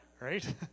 right